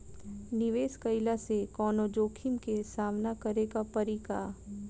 निवेश कईला से कौनो जोखिम के सामना करे क परि का?